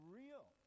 real